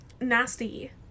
Nasty